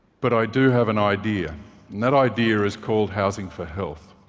but i do have an idea, and that idea is called housing for health.